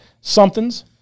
somethings